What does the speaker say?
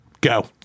go